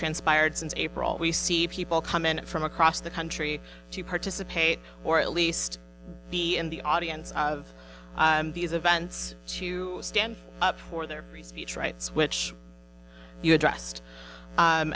transpired since april we see people come in from across the country to participate or at least be in the audience of these events to stand up for their rights which you address